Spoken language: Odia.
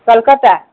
କଲକତା